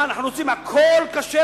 מה, אנחנו רוצים להגיד שהכול כשר?